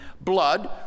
blood